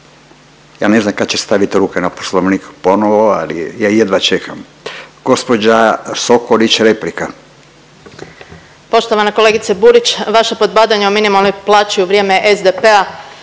Ja ne znam kad će stavit ruke na poslovnik ponovo, ali ja jedva čekam. Gospođa Sokolić replika. **Sokolić, Tanja (SDP)** Poštovana kolegice Burić vaša podbadanja o minimalnoj plaći u vrijeme SDP-a